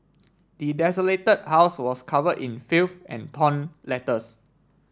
the desolated house was covered in filth and torn letters